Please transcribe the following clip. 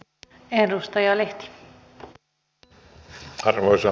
arvoisa rouva puhemies